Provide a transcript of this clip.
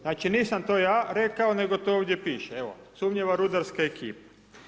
Znači nisam to ja rekao, nego to ovdje piše, evo sumnjiva rudarska ekipa.